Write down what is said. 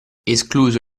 escluso